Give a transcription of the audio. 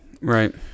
right